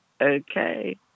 Okay